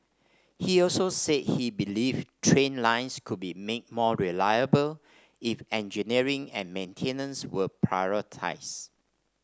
he also said he believed train lines could be made more reliable if engineering and maintenance were prioritised